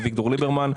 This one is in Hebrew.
אביגדור ליברמן.